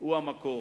היא המקור,